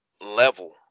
level